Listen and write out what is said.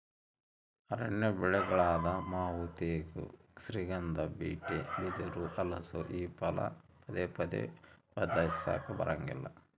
ಅರಣ್ಯ ಬೆಳೆಗಳಾದ ಮಾವು ತೇಗ, ಶ್ರೀಗಂಧ, ಬೀಟೆ, ಬಿದಿರು, ಹಲಸು ಈ ಫಲ ಪದೇ ಪದೇ ಬದ್ಲಾಯಿಸಾಕಾ ಬರಂಗಿಲ್ಲ